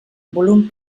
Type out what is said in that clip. volum